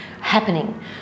happening